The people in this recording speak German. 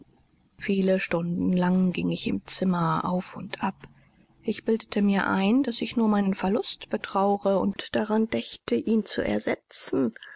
viele stunden lang ging ich im zimmer auf und ab ich bildete mir ein daß ich nur meinen verlust betrauere und daran dächte ihn zu ersetzen